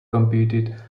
competed